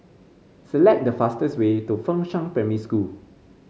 select the fastest way to Fengshan Primary School